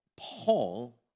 Paul